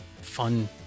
fun